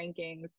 rankings